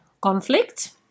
Conflict